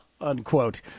unquote